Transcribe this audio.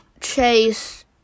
Chase